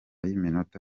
y’iminota